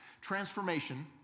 Transformation